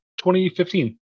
2015